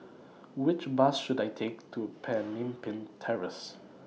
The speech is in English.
Which Bus should I Take to Pemimpin Terrace